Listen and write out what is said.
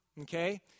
okay